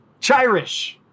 Chirish